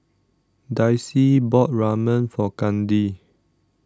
Dicy bought Ramen for Kandi